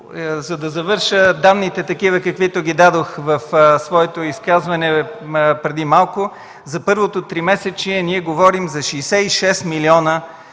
за да завърша данните такива, каквито дадох в своето изказване преди малко. За първото тримесечие ние говорим за 66 милиона